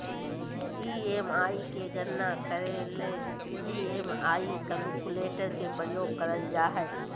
EMI के गणना करे ले ई.एम.आई कैलकुलेटर के प्रयोग करल जा हय